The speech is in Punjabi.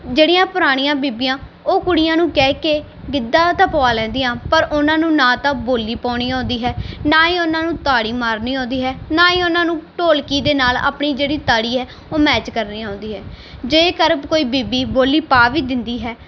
ਜਿਹੜੀਆਂ ਪੁਰਾਣੀਆਂ ਬੀਬੀਆਂ ਉਹ ਕੁੜੀਆਂ ਨੂੰ ਕਹਿ ਕੇ ਗਿੱਧਾ ਤਾਂ ਪਵਾ ਲੈਂਦੀਆਂ ਪਰ ਉਹਨਾਂ ਨੂੰ ਨਾ ਤਾਂ ਬੋਲੀ ਪਾਉਣੀ ਆਉਂਦੀ ਹੈ ਨਾ ਹੀ ਉਹਨਾਂ ਨੂੰ ਤਾੜੀ ਮਾਰਨੀ ਆਉਂਦੀ ਹੈ ਨਾ ਹੀ ਉਹਨਾਂ ਨੂੰ ਢੋਲਕੀ ਦੇ ਨਾਲ ਆਪਣੀ ਜਿਹੜੀ ਤਾੜੀ ਹੈ ਉਹ ਮੈਚ ਕਰਨੀ ਆਉਂਦੀ ਹੈ ਜੇਕਰ ਕੋਈ ਬੀਬੀ ਬੋਲੀ ਪਾ ਵੀ ਦਿੰਦੀ ਹੈ